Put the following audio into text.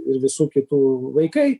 ir visų kitų vaikai